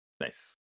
Nice